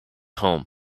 home